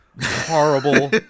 horrible